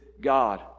God